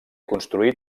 construït